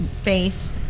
face